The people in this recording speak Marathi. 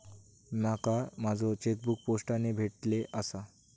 माका माझो चेकबुक पोस्टाने भेटले आसा